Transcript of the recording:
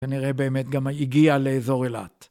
ונראה באמת גם הגיע לאזור אילת.